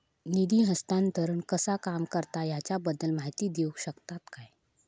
निधी हस्तांतरण कसा काम करता ह्याच्या बद्दल माहिती दिउक शकतात काय?